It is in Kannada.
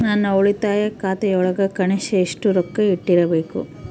ನನ್ನ ಉಳಿತಾಯ ಖಾತೆಯೊಳಗ ಕನಿಷ್ಟ ಎಷ್ಟು ರೊಕ್ಕ ಇಟ್ಟಿರಬೇಕು?